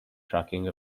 tracking